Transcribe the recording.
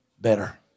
Better